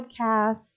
Podcasts